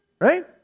right